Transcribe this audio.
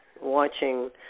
Watching